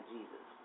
Jesus